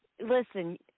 listen